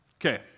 Okay